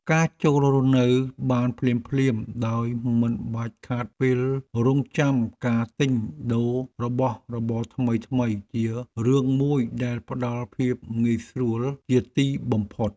ការចូលរស់នៅបានភ្លាមៗដោយមិនបាច់ខាតពេលរង់ចាំការទិញដូររបស់របរថ្មីៗជារឿងមួយដែលផ្ដល់ភាពងាយស្រួលជាទីបំផុត។